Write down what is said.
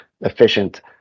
efficient